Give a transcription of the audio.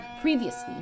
Previously